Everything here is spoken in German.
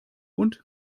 und